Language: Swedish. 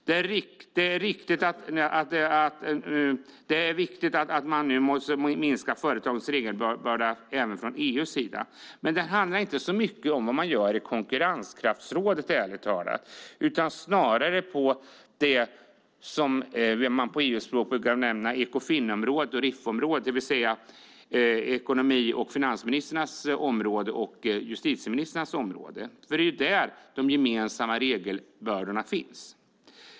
Det är riktigt att vi nu även från EU:s sida måste minska företagens regelbörda, men det handlar inte så mycket om det man gör i konkurrenskraftsrådet, ärligt talat, utan beror snarare på det som man på EU-språk brukar benämna Ekofinområdet och RIF-området, det vill säga ekonomi och finansministrarnas område och justitieministrarnas område. Det är där de gemensamma regelbördorna finns.